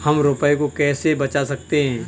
हम रुपये को कैसे बचा सकते हैं?